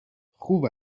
خوب